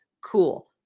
cool